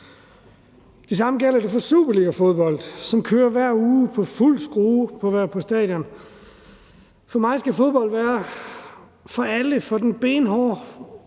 Det samme gælder for superligafodbold, som kører hver uge på fuld skrue på stadion. For mig skal fodbold være for alle: for den benhårde